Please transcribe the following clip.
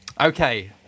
Okay